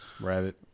Rabbit